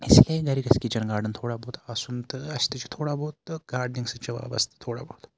اِسلیے گَرِ گَژھِ کِچَن گاڑٕن تھوڑا بہت آسُن تہٕ اَسہِ تہِ چھُ تھوڑا بہت گاڈنِنٛگ سۭتۍ چھ وابستہ تھوڑا بہت